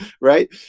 Right